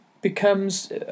becomes